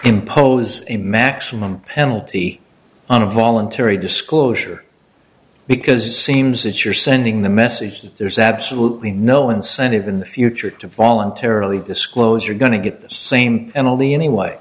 impose a maximum penalty on a voluntary disclosure because it seems that you're sending the message that there's absolutely no incentive in the future to voluntarily disclose you're going to get the same and only anyway